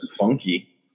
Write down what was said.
funky